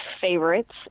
favorites